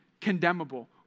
condemnable